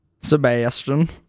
Sebastian